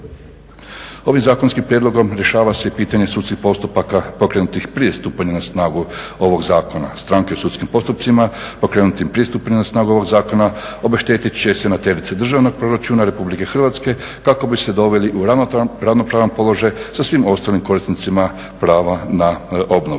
Ovim zakonskim prijedlogom rješava se pitanje sudskih postupaka pokrenutih prije stupanja na snagu ovog zakona. Stranke u sudskim postupcima pokrenutim … na snagu ovog zakona obešteti će se na teret Državnog proračuna RH kako bi se doveli u ravnopravan položaj sa svim ostalim korisnicima prava na obnovu.